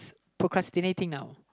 procrastinating now